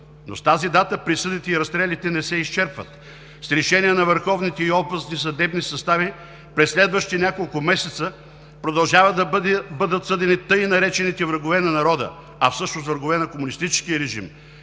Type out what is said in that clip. Но с тази дата присъдите и разстрелите не се изчерпват. С решение на върховните и областни съдебни състави през следващите няколко месеца продължават да бъдат съдени така наречените „врагове на народа“, а всъщност врагове на комунистическия режим.